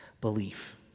belief